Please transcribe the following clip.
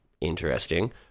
interesting